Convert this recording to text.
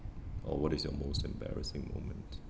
or what is your most embarrassing moment